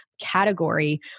category